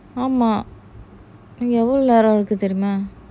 ஆமா இன்னும் எவ்ளோ நேரம் இருக்கு தெரியுமா:ama inum evlo neram iruku teriyuma